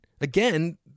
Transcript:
Again